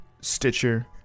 Stitcher